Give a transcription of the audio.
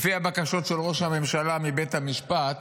לפי הבקשות של ראש הממשלה מבית המשפט,